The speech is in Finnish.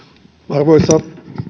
arvoisa